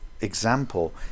example